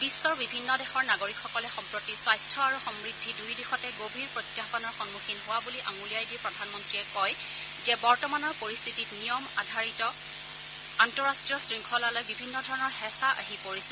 বিশ্বৰ বিভিন্ন দেশৰ নাগৰিকসকলে সম্প্ৰতি স্বাস্থ্য আৰু সমৃদ্ধি দুয়ো দিশতে গভীৰ প্ৰত্যাহবানৰ সন্মুখীন হোৱা বুলি আঙুলিয়াই দি প্ৰধানমন্ত্ৰীয়ে কয় যে বৰ্তমানৰ পৰিস্থিতিত নিয়ম আধাৰিত আন্তঃৰাষ্ট্ৰীয় শৃংখলালৈ বিভিন্নধৰণৰ হেঁচা আহি পৰিছে